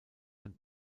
and